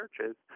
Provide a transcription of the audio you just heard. churches